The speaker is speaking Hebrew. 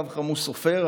הרב כמוס סופר,